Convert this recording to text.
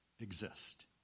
exist